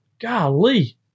Golly